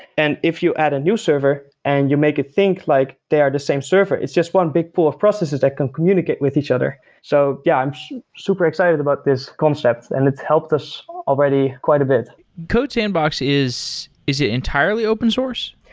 and if you add a new server and you make it think like they are the same server, it's just one big pool of processes that can communicate with each other. so yeah, i'm super excited about this concept and it helped us already quite a bit codesandbox, is is it entirely open source?